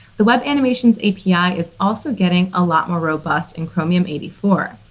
the web animations api is also getting a lot more robust in chromium eighty four.